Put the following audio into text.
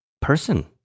person